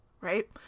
right